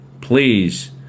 Please